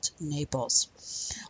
Naples